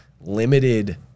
limited